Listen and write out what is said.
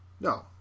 No